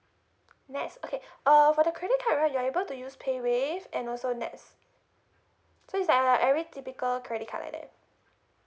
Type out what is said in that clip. next okay uh for the credit card right you are able to use paywave and also NETS so is like every typical credit card like that